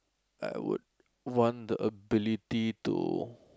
I would want the ability to